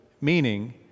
Meaning